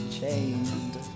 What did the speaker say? chained